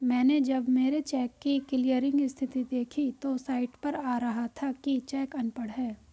मैनें जब मेरे चेक की क्लियरिंग स्थिति देखी तो साइट पर आ रहा था कि चेक अनपढ़ है